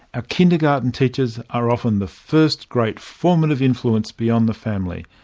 ah kindergarten teachers are often the first great formative influence beyond the family,